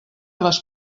les